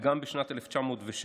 וגם בשנת 1906,